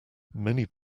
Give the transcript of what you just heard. many